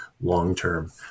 long-term